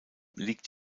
liegt